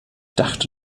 dachte